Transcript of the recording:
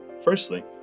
Firstly